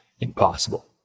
impossible